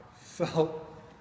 Felt